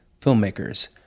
filmmakers